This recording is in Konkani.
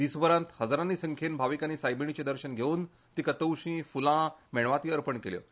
दिसभरांत हजारानी संख्येन भाविकांनी सायबिणीचें दर्शन घेवन तिका तवशीं फुलां मेणवाती अर्पण केल्यो